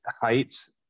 heights